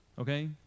okay